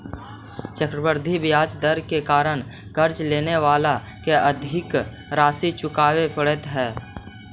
चक्रवृद्धि ब्याज दर के कारण कर्ज लेवे वाला के अधिक राशि चुकावे पड़ऽ हई